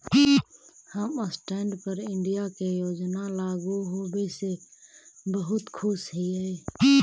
हम stand up India के योजना लागू होबे से बहुत खुश हिअई